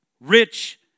rich